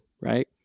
Right